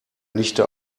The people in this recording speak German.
nichte